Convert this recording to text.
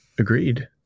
Agreed